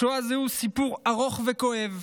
השואה היא סיפור ארוך וכואב,